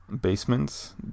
basements